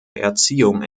erziehung